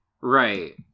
right